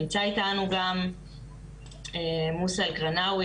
נמצא איתנו גם מוסא אלקריני,